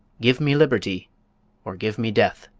give me liberty or give me death.